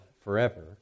forever